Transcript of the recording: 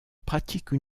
pratiquent